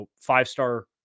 five-star